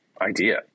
idea